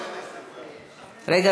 רגע,